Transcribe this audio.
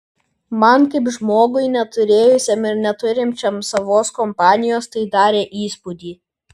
man kaip žmogui neturėjusiam ir neturinčiam savos kompanijos tai darė įspūdį